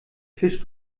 fisch